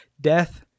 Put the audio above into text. death